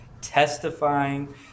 testifying